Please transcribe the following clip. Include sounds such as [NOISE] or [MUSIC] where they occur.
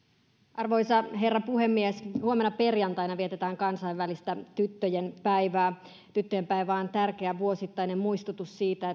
arvoisa herra puhemies huomenna perjantaina vietetään kansainvälistä tyttöjen päivää tyttöjen päivä on tärkeä vuosittainen muistutus siitä [UNINTELLIGIBLE]